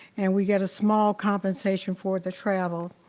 and we get a small compensation for the travel.